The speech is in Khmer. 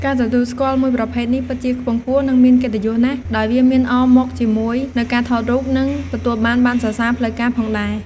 ការទទួលស្គាល់មួយប្រភេទនេះពិតជាខ្ពង់ខ្ពស់ និងមានកិត្តយសណាស់ដោយវាមានអមមកជាមួយនូវការថតរូប និងទទួលបានប័ណ្ណសរសើរផ្លូវការផងដែរ។